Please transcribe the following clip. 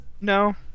No